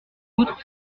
outre